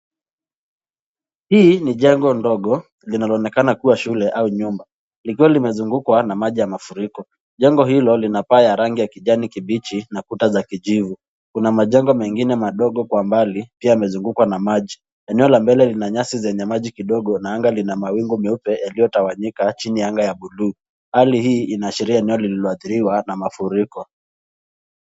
Hili ni jengo ndogo linaloonekana kuwa shule au nyumba likiwa limezungukwa na maji ya mafuriko. Jengo hilo lina paa ya rangi ya kibichi na kuta za kijivu. Kuna majengo mengine madogo kwa mbali pia yamezungukwa na maji. Eneo la mbele lina nyasi zenye maji kidogo na anga lina mawingu meupe yaliyotawanyika chini ya anga ya bluu. Hali hii inaashiria eneo lililoathiriwa na mafuriko.